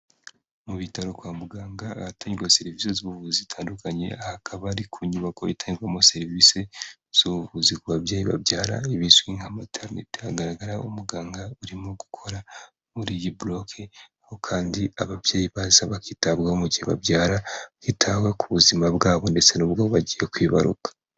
Mu bitaro kwa muganga ahatangirwa serivisi z'ubuvuzi zitandukanye, aha hakaba ari ku nyubako itangirwamo serivisi z'ubuvuzi ku babyeyi babyara ibizwi nka materinite. Hagaragara umuganga urimo gukora muri iyi boroke, aho kandi ababyeyi baza bakitabwaho mu gihe babyara, hitabwa ku buzima bwabo ndetse n'ubwo abo bagiye kwibaruka.